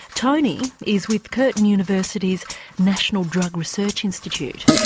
tony is with curtin university's national drug research institute.